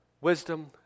Wisdom